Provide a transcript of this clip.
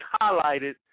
highlighted